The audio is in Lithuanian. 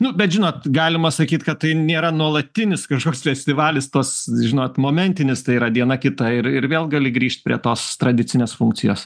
nu bet žinot galima sakyt kad tai nėra nuolatinis kažkoks festivalis tos žinot momentinis tai yra diena kita ir ir vėl gali grįžt prie tos tradicinės funkcijos